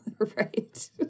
Right